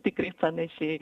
tikrai panašiai